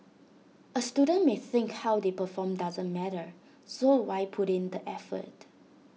A student may think how they perform doesn't matter so why put in the effort